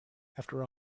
after